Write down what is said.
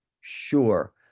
Sure